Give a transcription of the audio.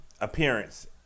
appearance